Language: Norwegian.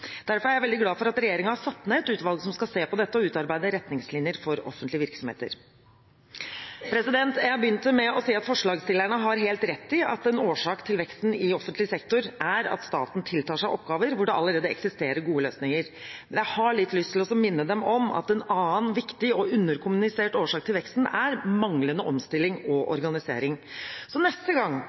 Derfor er jeg veldig glad for at regjeringen har satt ned et utvalg som skal se på dette og utarbeide retningslinjer for offentlige virksomheter. Jeg begynte med å si at forslagsstillerne har helt rett i at en årsak til veksten i offentlig sektor er at staten tiltar seg oppgaver hvor det allerede eksisterer gode løsninger. Men jeg har litt lyst til å minne dem om at en annen viktig og underkommunisert årsak til veksten er manglende omstilling og organisering. Så neste gang